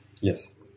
Yes